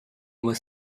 was